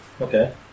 Okay